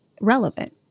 relevant